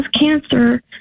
cancer